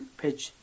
page